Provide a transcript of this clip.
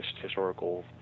historical